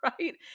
Right